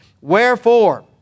Wherefore